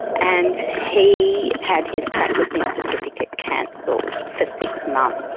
and he had his practicing certificate cancelled for six months,